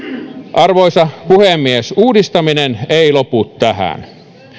arvoisa puhemies uudistaminen ei lopu tähän